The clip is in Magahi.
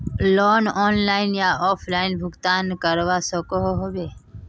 लोन ऑनलाइन या ऑफलाइन भुगतान करवा सकोहो ही?